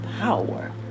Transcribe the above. power